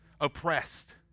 Oppressed